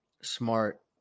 smart